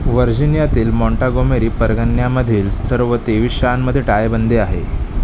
वर्जिनियातील Montgomery परगण्यामधील सर्व तेवीस शाळांमध्ये टाळेबंदी आहे